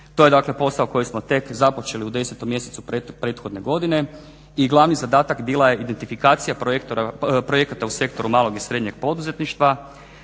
To je dakle posao koji smo tek započeli u 10 mjesecu prethodne godine i glavni zadatak bila je identifikacija projekata u sektoru malog i srednjeg poduzetništva